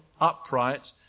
upright